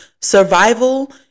survival